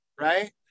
right